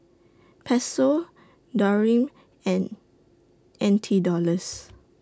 Peso Dirham and N T Dollars